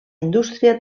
indústria